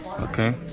Okay